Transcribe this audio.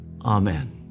Amen